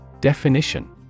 Definition